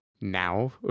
now